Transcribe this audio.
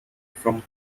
from